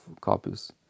copies